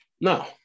No